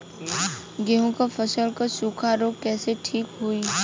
गेहूँक फसल क सूखा ऱोग कईसे ठीक होई?